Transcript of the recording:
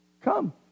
Come